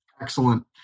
Excellent